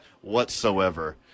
whatsoever